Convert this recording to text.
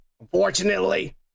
Unfortunately